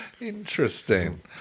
Interesting